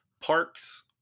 Parks